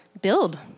build